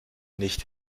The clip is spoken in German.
nicht